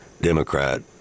Democrat